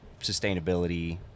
sustainability